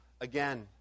again